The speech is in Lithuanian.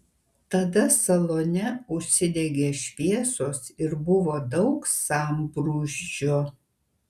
tada salone užsidegė šviesos ir buvo daug sambrūzdžio